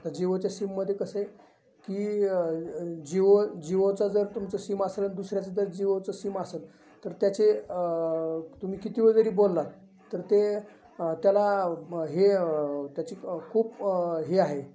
आता जिओच्या सिममध्ये कसं आहे की जिओ जिओचं जर तुमचं सिम असेल दुसऱ्याचं जर जिओचं सिम असेल तर त्याचे तुम्ही किती वेळ जरी बोलला तर ते त्याला हे त्याची खूप हे आहे